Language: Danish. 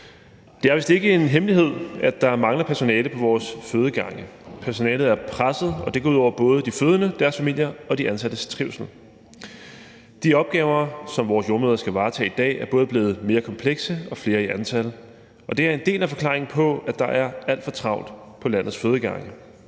Det er vist ikke en hemmelighed, at der mangler personale på vores fødegange. Personalet er presset, og det går ud over både de fødende, deres familier og de ansattes trivsel. De opgaver, som vores jordemødre skal varetage i dag, er både blevet mere komplekse og flere i antal, og det er en del af forklaringen på, at der er alt for travlt på landets fødegange.